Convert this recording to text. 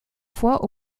fois